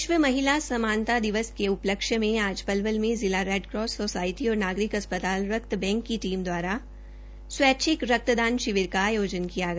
विश्व महिला समानता दिवस के उपलक्ष्य में आज पलवल में जिला रेडक्रास सोसाय ी और नागरिक अस्पताल रक्त बैंक की ीम द्वारा स्वैच्छिक रक्तदान शिविर का आयोजन किया गया